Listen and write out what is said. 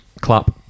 Clap